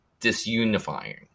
disunifying